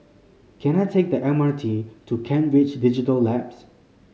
can I take the M R T to Kent Ridge Digital Labs